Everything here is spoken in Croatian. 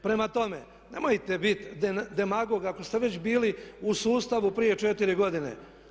Prema tome, nemojte bit demagog ako ste već bili u sustavu prije 4 godine.